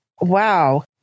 wow